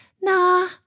nah